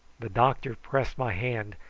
the doctor pressed my hand,